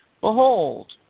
Behold